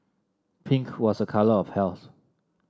pink was a colour of health